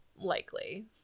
likely